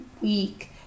week